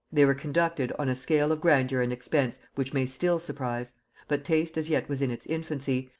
they were conducted on a scale of grandeur and expense which may still surprise but taste as yet was in its infancy,